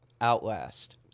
Outlast